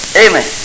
amen